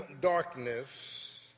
darkness